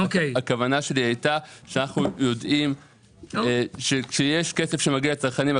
הכוונה שלי הייתה שאנחנו יודעים שכאשר יש כסף שמגיע לצרכנים,